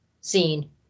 seen